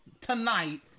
tonight